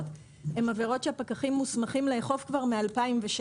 הן עבירות שהפקחים מוסמכים לאכוף כבר מ-2016,